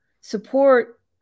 support